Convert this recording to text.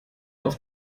auf